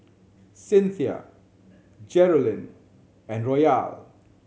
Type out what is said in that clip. Cinthia Geralyn and Royal